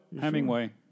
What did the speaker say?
Hemingway